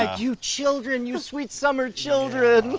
ah you children, you sweet summer children.